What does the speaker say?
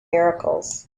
miracles